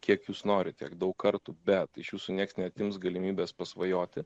kiek jūs norit tiek daug kartų bet iš jūsų nieks neatims galimybės pasvajoti